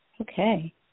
Okay